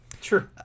Sure